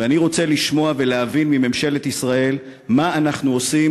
ואני רוצה לשמוע ולהבין מממשלת ישראל מה אנחנו עושים,